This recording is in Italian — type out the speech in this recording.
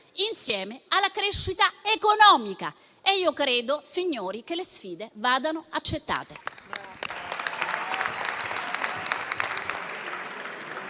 con la crescita economica. Io credo, signori, che le sfide vadano accettate.